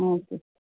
अस्तु